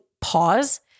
pause